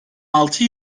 altı